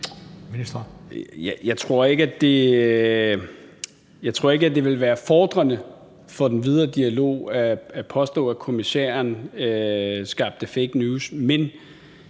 Jeg tror ikke, at det ville være fordrende for den videre dialog at påstå, at kommissæren skabte fake news.